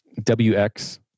WX